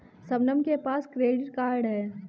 शबनम के पास credit card है